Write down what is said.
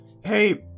Hey